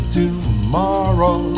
tomorrow